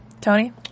Tony